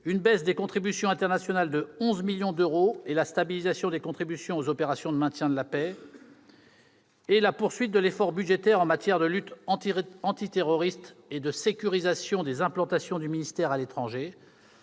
une baisse des contributions internationales de 11 millions d'euros et la stabilisation des contributions aux opérations de maintien de la paix. Il faut enfin relever la poursuite de l'effort budgétaire en matière de lutte antiterroriste et de sécurisation des implantations du ministère à l'étranger